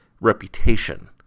reputation